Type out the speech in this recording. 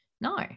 No